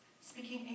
speaking